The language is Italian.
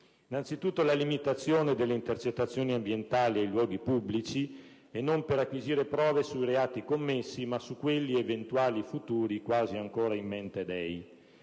Innanzitutto, ricordo la limitazione delle intercettazioni ambientali in luoghi pubblici, e non per acquisire prove sui reati commessi, ma per quelli eventuali e futuri, quasi ancora *in mente dei*.